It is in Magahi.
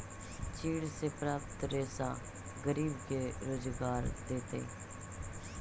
चीड़ से प्राप्त रेशा गरीब के रोजगार देतइ